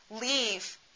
leave